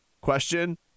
question